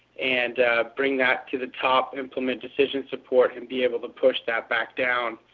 and bring that to the top, implement decision-support, and be able to push that back down.